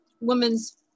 Women's